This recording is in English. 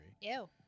Ew